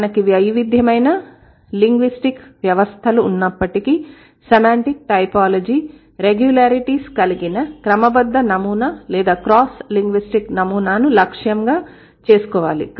మనకి వైవిద్యమైన లింగ్విస్టిక్ వ్యవస్థలు ఉన్నప్పటికీ సెమాంటిక్ టైపోలాజీ రెగ్యులారిటీస్ కలిగిన క్రమబద్ద నమూనా లేదా క్రాస్ లింగ్విస్టిక్ నమూనాను లక్ష్యంగా చేసుకోవాలి